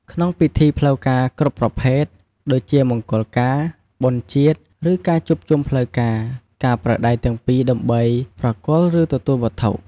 ក្នុងពិធីផ្លូវការគ្រប់ប្រភេទ ដូចជាមង្គលការ បុណ្យជាតិ ឬការជួបជុំផ្លូវការ ការប្រើដៃទាំងពីរដើម្បីប្រគល់ ឬទទួលវត្ថុ។